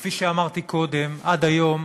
שכפי שאמרתי קודם, עד היום